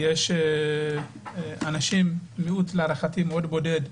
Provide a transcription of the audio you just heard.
יש מיעוט בודד